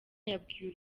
yabwiye